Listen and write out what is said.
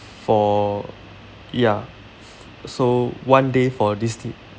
for ya so one day for this trip